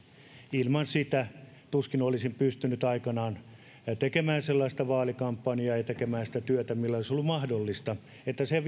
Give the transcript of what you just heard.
ilman sitä viiteryhmää joka halusi tukea minua vaaleissa jotta minusta tulee vasemmistolainen kansanedustaja tuskin olisin pystynyt aikanaan tekemään sellaista vaalikampanjaa ja tekemään sellaista työtä millä olisi ollut mahdollista että se